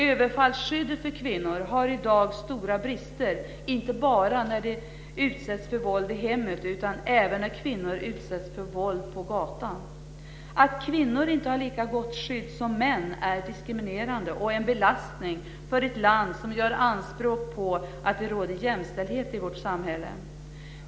Överfallsskyddet för kvinnor har i dag stora brister, inte bara när de utsätts för våld i hemmet utan även när kvinnor utsätts för våld på gatan. Att kvinnor inte har lika gott skydd som män är diskriminerande och en belastning för ett land som gör anspråk på att det råder jämställdhet i samhället.